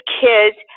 kids